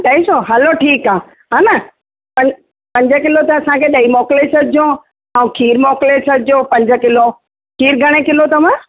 अढाई सौ हलो ठीकु आहे हा न पंज पंज किलो त असांखे ॾही मोकले छॾिजो ऐं खीर मोकिले छॾिजो पंज किलो खीर घणे किलो अथव